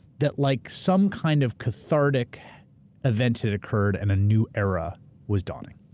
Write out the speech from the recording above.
that like some kind of cathartic event had occurred and a new era was dawning?